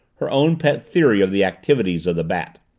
her own pet theory of the activities of the bat.